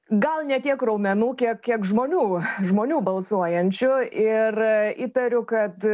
gal ne tiek raumenų kiek kiek žmonių žmonių balsuojančių ir įtariu kad